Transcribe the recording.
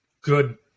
good